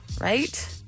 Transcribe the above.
right